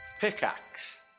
Pickaxe